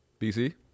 BC